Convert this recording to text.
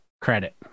Credit